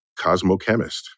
cosmochemist